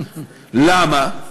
למה?